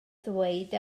ddweud